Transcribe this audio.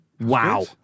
Wow